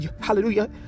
Hallelujah